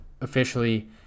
officially